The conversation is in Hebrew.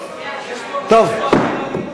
טוב, חברי הכנסת.